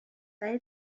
برا